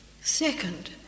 Second